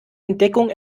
entdeckung